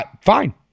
fine